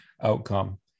outcome